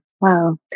Wow